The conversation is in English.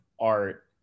art